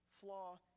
flaw